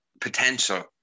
potential